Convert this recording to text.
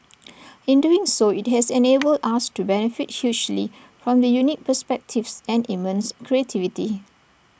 in doing so IT has enabled us to benefit hugely from the unique perspectives and immense creativity